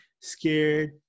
scared